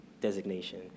designation